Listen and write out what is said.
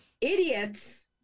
idiots